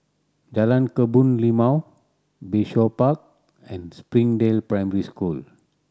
Jalan Kebun Limau Bayshore Park and Springdale Primary School